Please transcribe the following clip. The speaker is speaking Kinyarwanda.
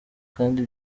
kandi